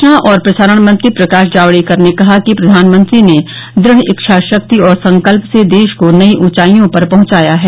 सुचना और प्रसारण मंत्री प्रकाश जावड़ेकर ने कहा कि प्रधानमंत्री ने दृढ़ इच्छाशक्ति और संकल्प से देश को नई ऊंचाइयों पर पहुंचाया है